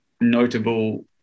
notable